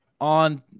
on